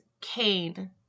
Cain